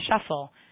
shuffle